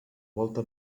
volta